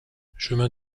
chemin